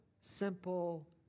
simple